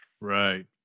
Right